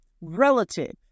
relative